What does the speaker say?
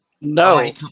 No